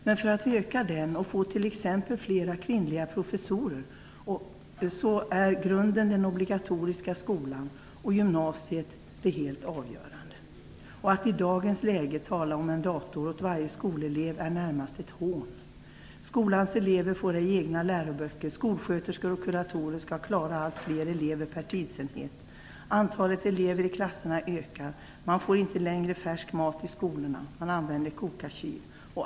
Men för att öka den och få t.ex. flera kvinnliga professorer är den helt avgörande grunden den obligatoriska skolan och gymnasiet. Att i dagens läge tala om en dator åt varje skolelev är närmast ett hån. Skolans elever får ej egna läroböcker. Skolsköterskor och kuratorer skall klara allt fler elever per tidsenhet. Antalet elever i klasserna ökar. De får inte längre färsk mat i skolorna. Man använder koka-kyl.